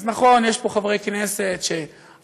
אז נכון, יש פה חברי כנסת שעברו